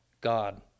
God